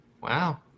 Wow